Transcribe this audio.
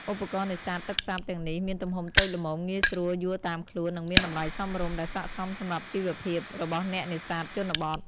ឧបករណ៍នេសាទទឹកសាបទាំងនេះមានទំហំតូចល្មម ងាយស្រួលយួរតាមខ្លួន និងមានតម្លៃសមរម្យ ដែលស័ក្តិសមសម្រាប់ជីវភាពរបស់អ្នកនេសាទជនបទ។